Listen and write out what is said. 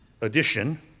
Edition